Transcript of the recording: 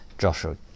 Joshua